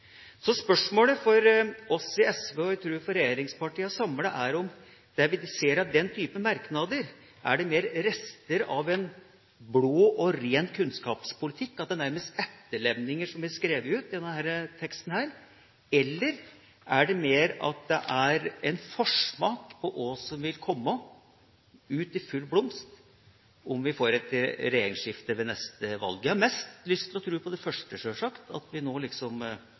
Så spørsmålet for oss i SV – og jeg tror for regjeringspartiene samlet – er om det vi ser av denne typen merknader, mer er rester av en blå kunnskapspolitikk, at det nærmest er etterlevninger som er skrevet ut i denne teksten. Eller er det mer en forsmak på hva som vil komme ut i full blomst om vi får et regjeringsskifte ved neste valg? Jeg har sjølsagt mer lyst til å tro på det første, at det er så overbevisende riktig det vi nå